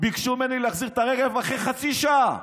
ביקשו ממני להחזיר את הרכב אחרי חצי שעה,